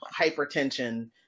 hypertension